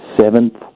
seventh